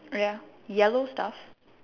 oh ya yellow stuff